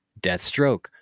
Deathstroke